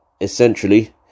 essentially